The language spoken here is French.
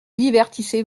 divertissez